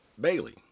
bailey